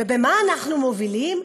במה אנחנו מובילים?